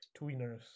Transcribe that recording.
tweeners